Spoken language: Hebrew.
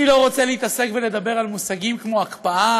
אני לא רוצה להתעסק, ולדבר על מושגים כמו הקפאה,